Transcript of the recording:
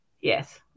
yes